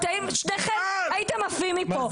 שניכם הייתם עפים מפה.